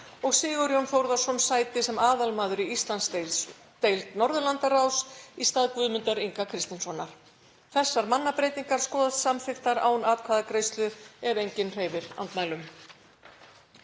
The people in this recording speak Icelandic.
og Sigurjón Þórðarson sæti sem aðalmaður í Íslandsdeild Norðurlandaráðs í stað Guðmundar Inga Kristinssonar. Þessar mannabreytingar skoðast samþykktar án atkvæðagreiðslu ef enginn hreyfir andmælum.